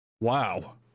Wow